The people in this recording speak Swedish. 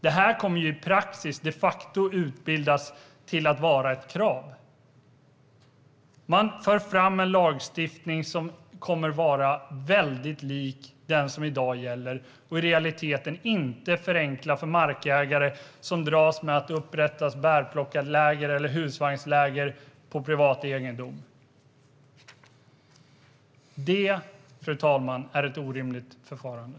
Det här kommer i praktiken att utvecklas till ett krav. Regeringen för fram en lagstiftning som kommer att vara väldigt lik den som gäller i dag och som inte förenklar i realiteten för markägare som dras med att det upprättas läger för bärplockare eller husvagnsläger på privat egendom. Fru talman! Det är ett orimligt förfarande.